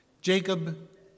Jacob